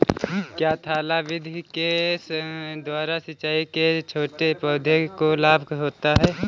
क्या थाला विधि के द्वारा सिंचाई से छोटे पौधों को लाभ होता है?